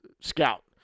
scout